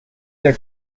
der